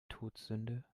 todsünde